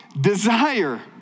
desire